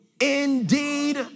indeed